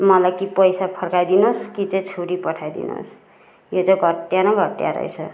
मलाई कि पैसा फर्काइदिनुहोस् कि चाहिँ छुरी पठाइदिनुहोस् यो चाहिँ घटिया न घटिया रहेछ